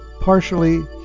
partially